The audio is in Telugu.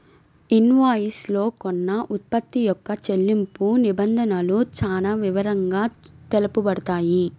ఇన్వాయిస్ లో కొన్న ఉత్పత్తి యొక్క చెల్లింపు నిబంధనలు చానా వివరంగా తెలుపబడతాయి